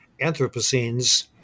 Anthropocenes